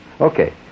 Okay